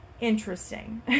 interesting